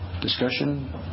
Discussion